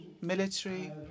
military